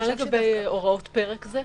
מה לגבי "הוראות פרק זה"?